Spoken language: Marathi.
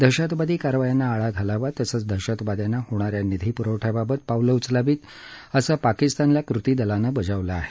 दहशतवादी कारवायांना आळा घालावा तसंच दहशतवाद्यांना होणाऱ्या निधी पुरवठ्याबाबत पावलं उचलावीत असं पाकिस्तानला कृतीदलाने बजावलं आहे